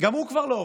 גם הוא כבר לא עובר.